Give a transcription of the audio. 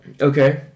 Okay